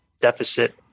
deficit